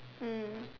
mm